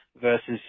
versus